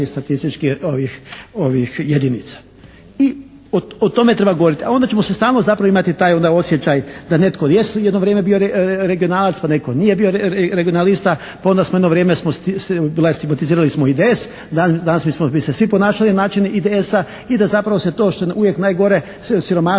statističkih ovih jedinica. I o tome treba govoriti, a onda ćemo se stalno zapravo imati taj onda osjećaj da netko jest u jedno vrijeme bio regionalac, a netko nije bio regionalista, pa onda smo jedno vrijeme bila, stimatizirali smo IDS, danas bismo se svi ponašali na način IDS-a i da zapravo se to što je uvijek najgore siromaštvo